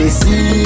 see